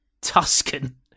Tuscan